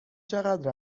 چقدر